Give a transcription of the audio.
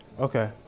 Okay